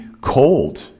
cold